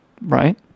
Right